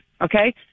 okay